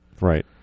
Right